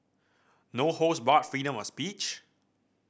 no holds barred freedom of speech